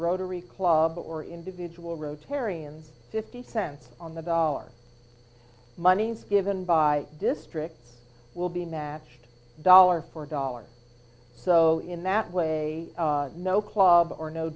rotary club or individual rotarians fifty cents on the dollar moneys given by districts will be matched dollar for dollar so in that way no club or no